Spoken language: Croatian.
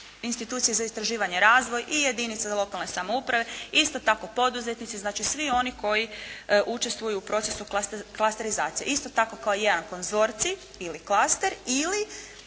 institucije za istraživanje-razvoj i jedinice lokalne samouprave, isto tako poduzetnici, znači svi oni koji učestuju u procesu klasterizacije. Isto tako kao jedan konzorcij ili klaster ili